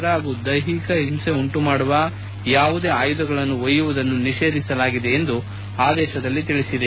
ಶಸ್ತಾಸ್ತ ಹಾಗೂ ದೈಹಿಕ ಹಿಂಸೆ ಉಂಟು ಮಾಡುವ ಯಾವುದೇ ಆಯುಧಗಳನ್ನು ಒಯ್ಯುವುದನ್ನು ನಿಷೇಧಿಸಲಾಗಿದೆ ಎಂದು ಆದೇಶ ಹೇಳಿದೆ